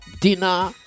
dinner